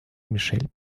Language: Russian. мишель